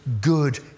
good